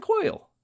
Coil